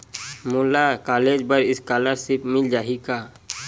मोला कॉलेज बर स्कालर्शिप मिल जाही का?